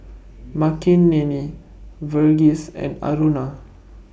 Makineni Verghese and Aruna